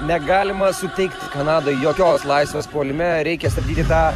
negalima suteikti kanadai jokios laisvės puolime reikia stabdyti tą